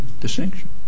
distinction